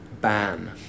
ban